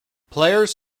players